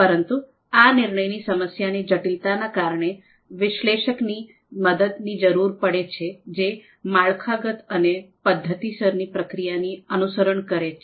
પરંતુ આ નિર્ણયની સમસ્યાઓની જટિલતાના કારણે વિશ્લેષકની મદદની જરૂર પડે છે જે માળખાગત અને પદ્ધતિસરની પ્રક્રિયાની અનુસરણ કરે છે